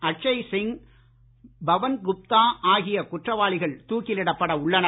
அக்ஷய சிங் பவன்குப்தா ஆகிய குற்றவாளிகள் தூக்கிலிடப்பட உள்ளனர்